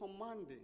commanding